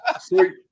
Sweet